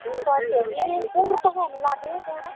फवासेयाव बे फन्द्र' थाकायानो लादों दा